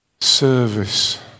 Service